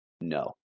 no